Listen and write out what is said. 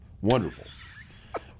Wonderful